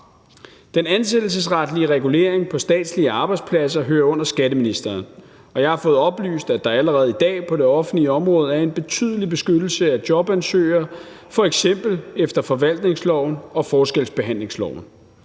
Den ansættelsesretlige regulering på statslige arbejdspladser hører under skatteministeren, og jeg har fået oplyst, at der allerede i dag på det offentlige område er en betydelig beskyttelse af jobansøgere, f.eks. efter forvaltningsloven og forskelsbehandlingsloven.